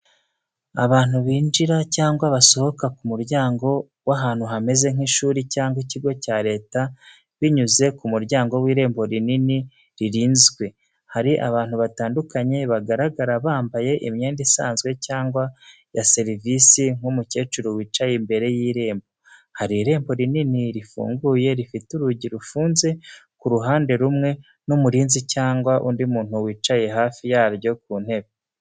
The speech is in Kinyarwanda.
Abantu binjira cyangwa basohoka ku muryango w’ahantu hameze nk’ishuri cyangwa ikigo cya leta binyuze ku muryango w’irembo rinini ririnzwe. Hari abantu batandukanye bagaragara bambaye imyenda isanzwe cyangwa ya serivisi nk’umukecuru wicaye imbere y’irembo. Hari irembo rinini rifunguye rifite urugi rufunze ku ruhande rumwe n’umurinzi cyangwa undi muntu wicaye hafi yaryo ku ntebe.